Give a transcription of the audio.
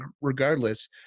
regardless